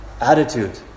attitude